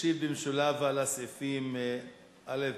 ישיב במשולב על הסעיפים 1,